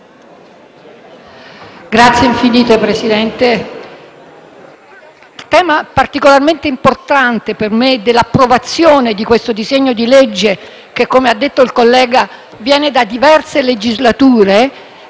Grazie infinite, Presidente.